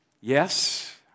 Yes